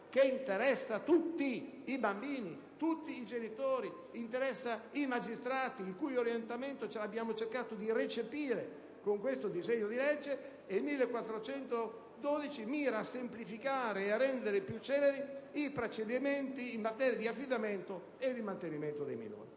che interessa tutti i bambini, i genitori e i magistrati, il cui orientamento abbiamo cercato di recepire. Il disegno di legge n. 1412 mira invece a semplificare e a rendere più celeri i procedimenti in materia di affidamento e mantenimento dei minori.